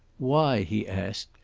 why, he asked,